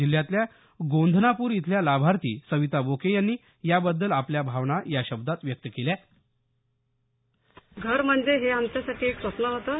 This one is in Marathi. जिल्ह्यातल्या गोंधनापूर इथल्या लाभार्थी सविता बोके यांनी याबद्दल आपल्या भावना या शब्दात व्यक्त केल्या घर म्हणजे आमचं हे स्वप्न होतं